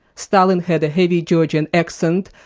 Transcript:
stalin had a heavy georgian accent,